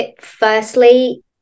firstly